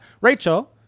Rachel